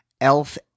Elf